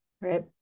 right